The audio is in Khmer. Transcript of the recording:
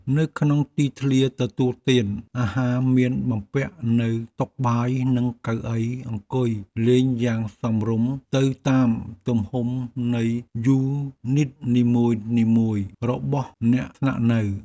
នៅក្នុងទីធ្លាទទួលទានអាហារមានបំពាក់នូវតុបាយនិងកៅអីអង្គុយលេងយ៉ាងសមរម្យទៅតាមទំហំនៃយូនីតនីមួយៗរបស់អ្នកស្នាក់នៅ។